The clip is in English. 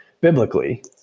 biblically